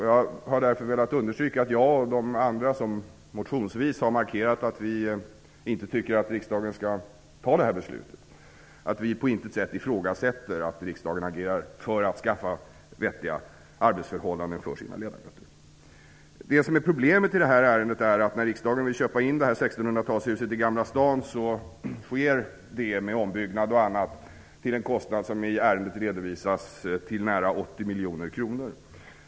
Jag har därför velat understryka att jag och de andra som motionsvis har markerat att vi inte tycker att riksdagen skall fatta det här beslutet, på intet sätt ifrågasätter att riksdagen agerar för att ordna vettiga arbetsförhållanden för sina ledamöter. Problemet är att riksdagen vill köpa in det här 1600-talshuset i Gamla stan till en kostnad, med ombyggnad och annat, som i ärendet anges uppgå till nära 80 miljoner kronor.